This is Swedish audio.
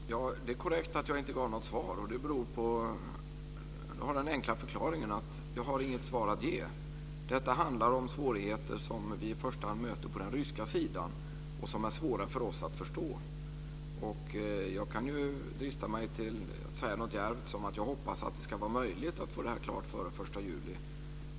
Herr talman! Det är korrekt att jag inte gav något svar. Det har den enkla förklaringen att jag inte har något svar att ge. Detta handlar om svårigheter som vi i första hand möter på den ryska sidan och som är svåra för oss att förstå. Jag kan ju drista mig till att säga något djärvt som att jag hoppas att det ska vara möjligt att få detta klart före den 1 juli.